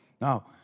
now